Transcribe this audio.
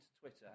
Twitter